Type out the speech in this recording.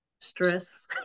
stress